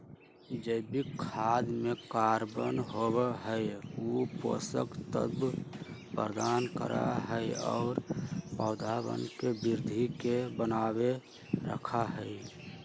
जैविक खाद में कार्बन होबा हई ऊ पोषक तत्व प्रदान करा हई और पौधवन के वृद्धि के बनाए रखा हई